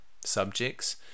subjects